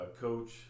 coach